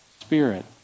spirit